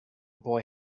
boy